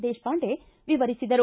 ದೇಶಪಾಂಡೆ ವಿವರಿಸಿದರು